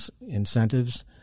incentives